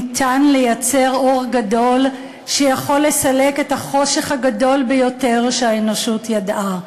ניתן לייצר אור גדול שיכול לסלק את החושך הגדול ביותר שהאנושות ידעה.